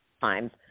times